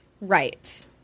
Right